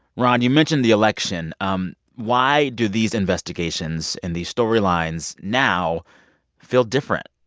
ron, you mentioned the election. um why do these investigations and these storylines now feel different?